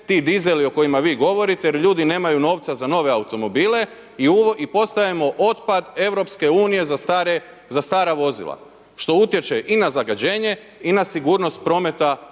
ti dizeli o kojima vi govorite jer ljudi nemaju novca za nove automobile i postajemo otpad EU-a za stara vozila što utječe i na zagađenje i na sigurnost prometa